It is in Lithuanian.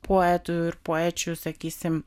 poetų ir poečių sakysim